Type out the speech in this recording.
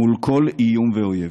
מול כל איום ואויב.